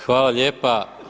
Hvala lijepa.